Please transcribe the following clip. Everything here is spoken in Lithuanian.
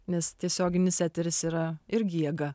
nes tiesioginis eteris yra irgi jėga